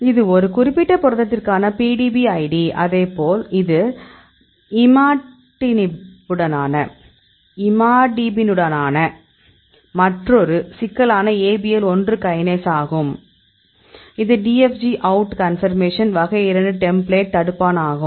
இது குறிப்பிட்ட புரதத்திற்கான PDB ID அதேபோல் இது இமாடினிபுடனான மற்றொரு சிக்கலான ABL 1 கைனேஸ் ஆகும் இது DFG அவுட் கன்பர்மேஷன் வகை 2 டெம்ப்ளேட் தடுப்பானாகும்